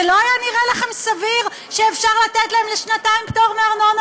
לא נראה לכם סביר שאפשר לתת להן לשנתיים פטור מארנונה,